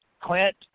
Clint